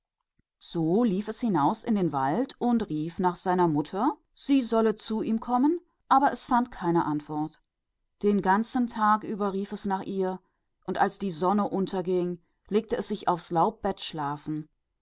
es lief fort in den wald und rief seine mutter zu ihm zu kommen aber es erhielt keine antwort den ganzen tag lang rief es nach ihr und als die sonne unterging legte es sich auf einem bett